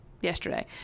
yesterday